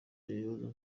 ikibazo